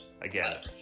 Again